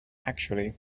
actually